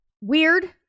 Weird